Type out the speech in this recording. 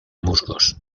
musgos